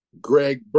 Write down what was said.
Greg